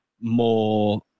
more